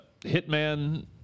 hitman